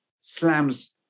slams